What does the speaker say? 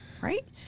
right